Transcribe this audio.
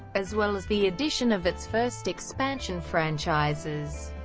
as well as the addition of its first expansion franchises.